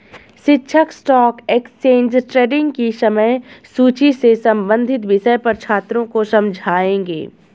शिक्षक stock exchange trading की समय सूची से संबंधित विषय पर छात्रों को समझाएँगे